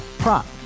prop